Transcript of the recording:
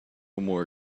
more